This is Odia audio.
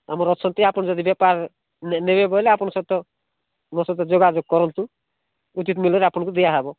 ଆମର ଅଛନ୍ତି ଆପଣ ଯଦି ବେପାର ନେବେ ବୋଇଲେ ଆପଣ ସତ ମୋ ସହିତ ଯୋଗାଯୋଗ କରନ୍ତୁ ଉଚିତ୍ ମୂଲ୍ୟରେ ଆପଣଙ୍କୁ ଦିଆହେବ